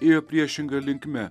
ėjo priešinga linkme